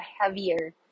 heavier